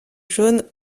jaune